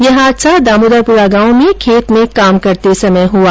ये हादसा दामोदरपुरा गांव में खेत में काम करते समय हुआ